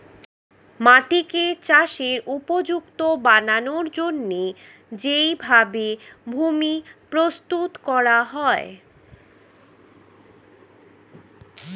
মাটিকে চাষের উপযুক্ত বানানোর জন্যে যেই ভাবে ভূমি প্রস্তুত করা হয়